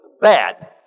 bad